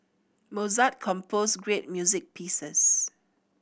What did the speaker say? Mozart composed great music pieces